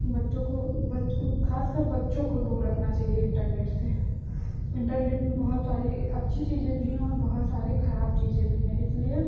बच्चों को बच्चों को खासकर बच्चों को दूर रखना चाहिए इन्टरनेट से इन्टरनेट में बहुत सारी अच्छी चीज़ें भी हैं और बहुत सारी खराब चीज़ें भी हैं इसलिए